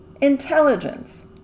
Intelligence